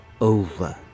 over